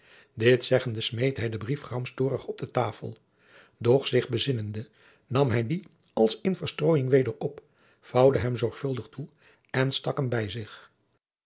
dit zeggende smeet hij den brief gramstoorig op de tafel doch zich bezinnende nam hij dien als in verstroojing weder op vouwde hem zorgvuldig toe en stak hem bij zich